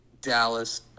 Dallas